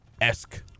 esque